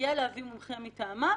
תהיה להביא מומחה מטעמה.